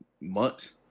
months